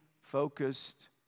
focused